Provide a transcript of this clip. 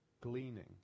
gleaning